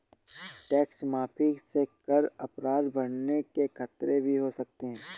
tax माफी से कर अपराध बढ़ने के खतरे भी हो सकते हैं